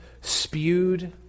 spewed